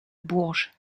bourges